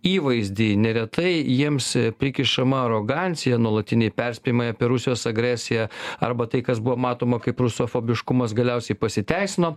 įvaizdį neretai jiems prikišama arogancija nuolatiniai perspėjimai apie rusijos agresiją arba tai kas buvo matoma kaip rusofobiškumas galiausiai pasiteisino